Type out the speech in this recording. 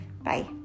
bye